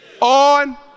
on